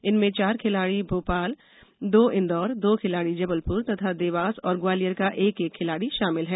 इनमें चार खिलाड़ी भोपाल दो इंदौर दो खिलाड़ी जबलपुर तथा देवास और ग्वालियर का एक एक खिलाड़ी शामिल है